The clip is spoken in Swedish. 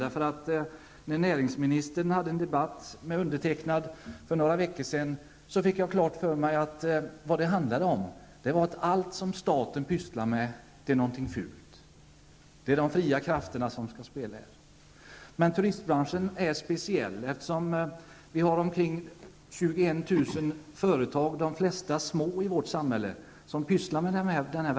I en debatt som näringsministern och jag förde för några veckor sedan fick jag klart för mig att vad det handlar om är att allt som staten sysslar med är någonting fult. Marknadskrafterna skall ha fritt spelrum. Men turistbranschen är speciell. Omkring 21 000 företag är verksamma på området, de flesta av dem små.